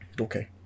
Okay